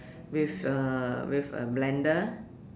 with uh with a blender